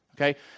Okay